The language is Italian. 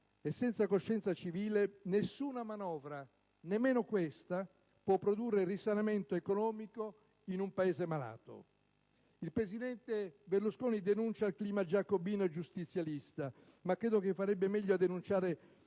e senza coscienza civile nessuna manovra, nemmeno questa, può produrre risanamento economico in un Paese malato. Il presidente Berlusconi denuncia il clima giacobino e giustizialista, ma credo che farebbe meglio a denunciare